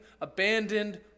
abandoned